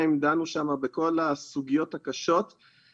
הגדיר אותו בכל שלב שהוא בתוך מהלך ההיריון.